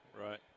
Right